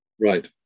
Right